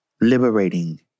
liberating